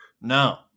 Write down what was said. no